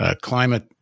climate